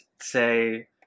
say